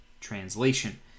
Translation